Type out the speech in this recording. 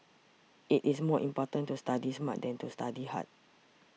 it is more important to study smart than to study hard